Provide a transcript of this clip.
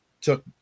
took